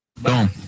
Boom